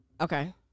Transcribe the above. okay